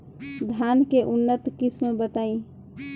धान के उन्नत किस्म बताई?